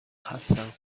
هستم